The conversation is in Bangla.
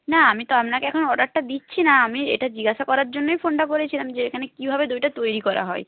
না আমি তো আপনাকে এখন অর্ডারটা দিচ্ছি না আমি এটা জিজ্ঞাসা করার জন্যই ফোনটা করেছিলাম যে এখানে কীভাবে দইটা তৈরি করা হয়